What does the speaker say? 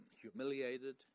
humiliated